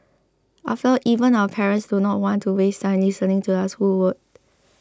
after all if even our parents do not want to waste time listening to us who would